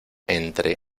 entre